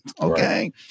Okay